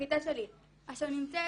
בכיתה שלי אשר נמצאת